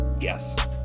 Yes